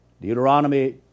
Deuteronomy